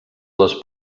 les